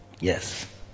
yes